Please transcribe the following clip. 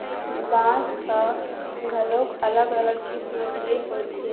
बांस ह घलोक अलग अलग किसम के होथे